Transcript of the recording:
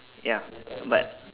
ya but